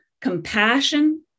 compassion